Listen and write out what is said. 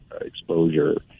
exposure